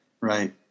Right